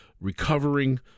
recovering